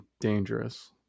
dangerous